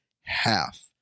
half